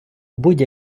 будь